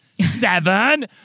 Seven